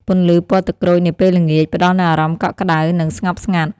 ពន្លឺពណ៌ទឹកក្រូចនាពេលល្ងាច ផ្តល់នូវអារម្មណ៍កក់ក្តៅ និងស្ងប់ស្ងាត់។